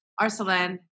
Arsalan